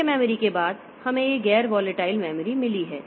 मुख्य मेमोरी के बाद हमें यह गैर वोलेटाइल मेमोरी मिली है